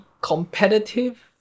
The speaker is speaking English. competitive